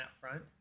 front